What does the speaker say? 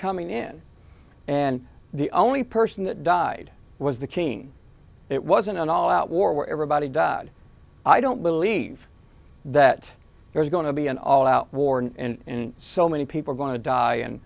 coming in and the only person that died was the king it wasn't an all out war where everybody died i don't believe that there's going to be an all out war in so many people are going to die and